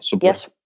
yes